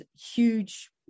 huge